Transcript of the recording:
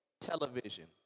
television